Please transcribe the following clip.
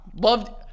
Loved